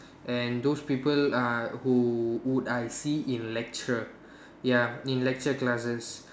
and those people uh who who I see in lecture ya in lecture classes